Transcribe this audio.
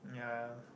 ya